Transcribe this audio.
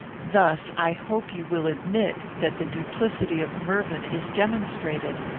thus, i hope you will admit that the duplicity of mervyn is demonstrated.